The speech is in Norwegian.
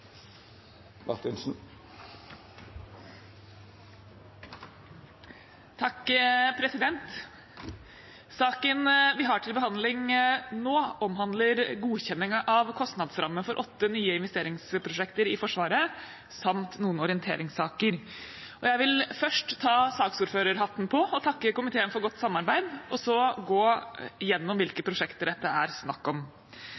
vi har til behandling nå, omhandler godkjenning av kostnadsramme for åtte nye investeringsprosjekter i Forsvaret samt noen orienteringssaker. Jeg vil først ta saksordførerhatten på, takke komiteen for godt samarbeid og så gå gjennom hvilke prosjekter det er snakk om.